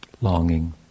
longing